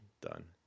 done